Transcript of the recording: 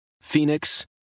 Phoenix